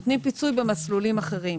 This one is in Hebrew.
נותנים פיצוי במסלולים אחרים.